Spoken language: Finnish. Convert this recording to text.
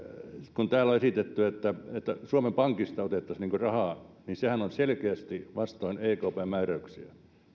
kun täällä on esitetty että suomen pankista otettaisiin rahaa niin sehän on selkeästi vastoin ekpn määräyksiä